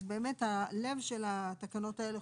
אז באמת הלב של התקנות האלו,